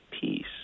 peace